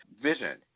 vision